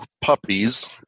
puppies